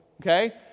Okay